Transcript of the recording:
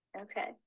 Okay